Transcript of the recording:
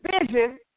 vision